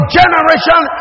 generation